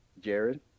Jared